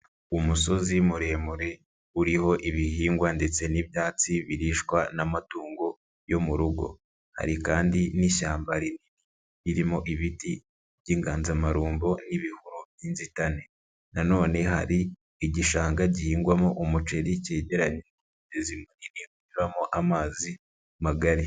Umusozi muremure, uriho ibihingwa ndetse n'ibyatsi birishwa n'amatungo yo mu rugo, hari kandi n'ishyamba rinini ririmo ibiti by'inganzamarumbo n'ibihuru by'inzitane nanone hari igishanga gihingwamo umuceri cyegeranye n'umugezi munini unyuramo amazi magari.